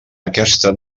aquesta